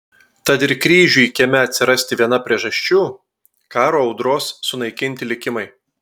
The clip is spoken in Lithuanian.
tad ir kryžiui kieme atsirasti viena priežasčių karo audros sunaikinti likimai